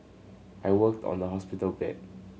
I worked on the hospital bed